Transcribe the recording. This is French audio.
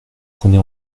prenez